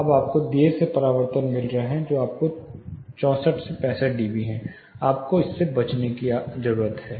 अब आपको देर से परावर्तन मिल रहा है जो लगभग 64 से 65 डीबी है जिससे बचने की जरूरत है